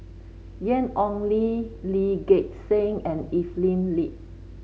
Ian Ong Li Lee Gek Seng and Evelyn Lip